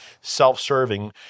self-serving